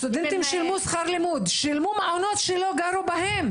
שילמו מעונות שלא גרו בהם,